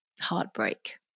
heartbreak